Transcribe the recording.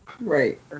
Right